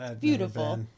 beautiful